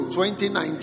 2019